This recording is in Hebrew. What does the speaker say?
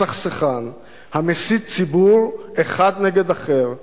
הסכסכן, המסית ציבור אחד נגד אחר,